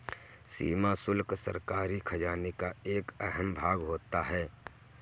सीमा शुल्क सरकारी खजाने का एक अहम भाग होता है